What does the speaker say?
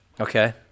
okay